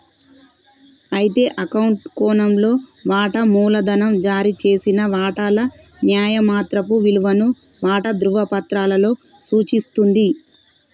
అయితే అకౌంట్ కోణంలో వాటా మూలధనం జారీ చేసిన వాటాల న్యాయమాత్రపు విలువను వాటా ధ్రువపత్రాలలో సూచిస్తుంది